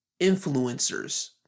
influencers